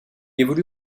évolue